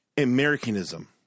Americanism